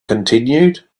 continued